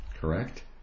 correct